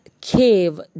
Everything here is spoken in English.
cave